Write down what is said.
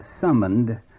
summoned